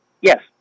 Yes